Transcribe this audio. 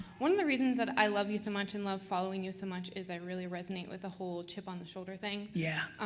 one of the reasons that i love you so much and love following you so much is i really resonate with the whole chip-on-the-shoulder thing. yeah